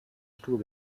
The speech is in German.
stuhl